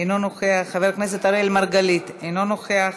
אינו נוכח,